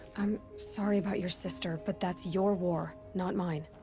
i'm. sorry about your sister, but that's your war. not mine.